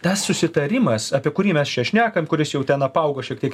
tas susitarimas apie kurį mes čia šnekam kuris jau ten apaugo šiek tiek